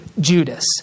Judas